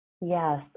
Yes